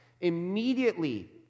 Immediately